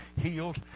healed